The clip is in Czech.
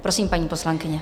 Prosím, paní poslankyně.